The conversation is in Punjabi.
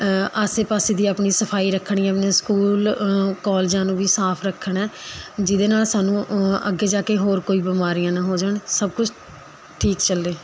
ਆਸੇ ਪਾਸੇ ਦੀ ਆਪਣੀ ਸਫਾਈ ਰੱਖਣੀ ਹੈ ਆਪਣੇ ਸਕੂਲ ਕੋਲਜਾਂ ਨੂੰ ਵੀ ਸਾਫ਼ ਰੱਖਣਾ ਜਿਹਦੇ ਨਾਲ਼ ਸਾਨੂੰ ਅੱਗੇ ਜਾ ਕੇ ਹੋਰ ਕੋਈ ਬਿਮਾਰੀਆਂ ਨਾ ਹੋ ਜਾਣ ਸਭ ਕੁਛ ਠੀਕ ਚੱਲੇ